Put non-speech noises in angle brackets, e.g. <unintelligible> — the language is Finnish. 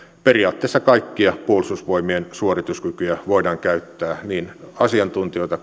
periaatteessa kaikkia puolustusvoimien suorituskykyjä voidaan käyttää niin asiantuntijoita <unintelligible>